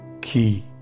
key